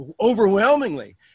overwhelmingly